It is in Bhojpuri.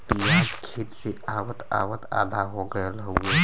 पियाज खेत से आवत आवत आधा हो गयल हउवे